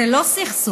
זה לא סכסוך,